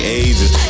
ages